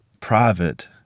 private